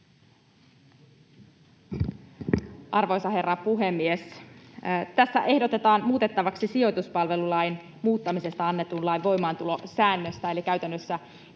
Arvoisa herra puhemies! Tässä ehdotetaan muutettavaksi sijoituspalvelulain muuttamisesta annetun lain voimaantulosäännöstä. Eli käytännössä